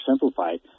simplified